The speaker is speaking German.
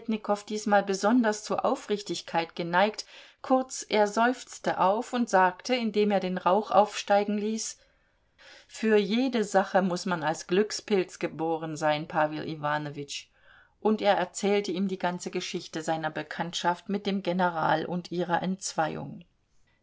tjentjetnikow diesmal besonders zur aufrichtigkeit geneigt kurz er seufzte auf und sagte indem er den rauch aufsteigen ließ für jede sache muß man als glückspilz geboren sein pawel iwanowitsch und er erzählte ihm die ganze geschichte seiner bekanntschaft mit dem general und ihrer entzweiung